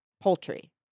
Poultry